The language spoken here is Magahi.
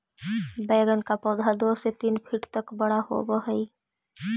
बैंगन का पौधा दो से तीन फीट तक बड़ा होव हई